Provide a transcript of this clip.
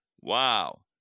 wow